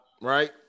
right